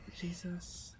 Jesus